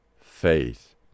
faith